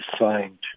signed